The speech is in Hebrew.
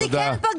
אז היא כן פגעה.